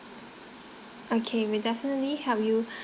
okay we'll definitely help you